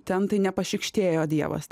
ten tai nepašykštėjo dievas